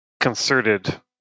concerted